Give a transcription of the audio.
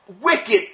wicked